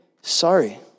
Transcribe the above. sorry